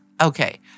Okay